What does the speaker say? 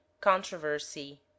controversy